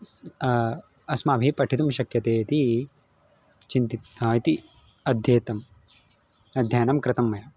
अस्तु अस्माभिः पठितुं शक्यते इति चिन्तित् इति अध्येतम् अध्ययनं कृतं मया